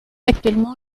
actuellement